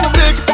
Stick